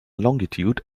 longitude